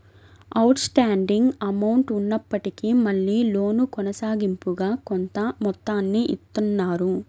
out standing amount ఉన్నప్పటికీ మళ్ళీ loan కొనసాగింపుగా కొంత మొత్తాన్ని ఇత్తన్నారు